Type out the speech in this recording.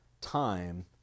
time